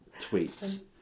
tweets